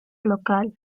local